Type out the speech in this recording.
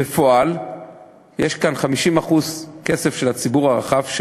בפועל יש כאן 50% כסף של הציבור הרחב,